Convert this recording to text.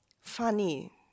funny